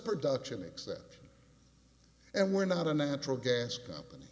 production except and we're not a natural gas company